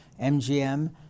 mgm